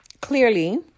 clearly